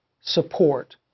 support